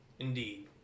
Indeed